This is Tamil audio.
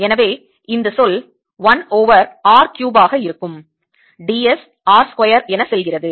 எனவே இந்த சொல் 1 ஓவர் r கியூபாக இருக்கும் ds r ஸ்கொயர் என செல்கிறது